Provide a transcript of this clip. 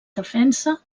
defensa